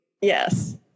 Yes